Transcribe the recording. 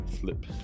flip